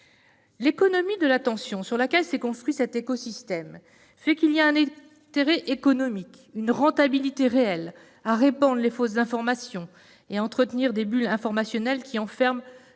L'économie de l'attention sur laquelle s'est construit cet écosystème fait qu'il y a un intérêt économique, une rentabilité réelle, à répandre les fausses informations et à entretenir des bulles informationnelles qui enferment